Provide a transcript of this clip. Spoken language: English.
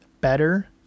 better